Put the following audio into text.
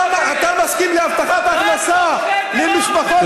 אתה מסכים להבטחת הכנסה למשפחות,